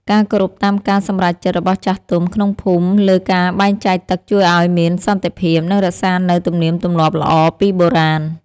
ការគោរពតាមការសម្រេចចិត្តរបស់ចាស់ទុំក្នុងភូមិលើការបែងចែកទឹកជួយឱ្យមានសន្តិភាព និងរក្សានូវទំនៀមទម្លាប់ល្អពីបុរាណ។